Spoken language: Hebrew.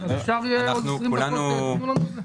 אז בעוד 20 דקות תיתנו לנו את זה?